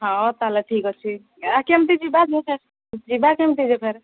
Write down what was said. ହଉ ତାହେଲେ ଠିକ ଅଛି କେମତି ଯିବା ଯିବା କେମତି